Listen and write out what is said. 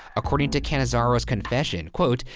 according to cannizzaro's confession, quote,